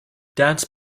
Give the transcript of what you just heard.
dance